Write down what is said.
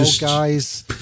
guys